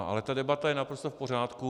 Ale ta debata je naprosto v pořádku.